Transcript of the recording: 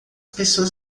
pessoas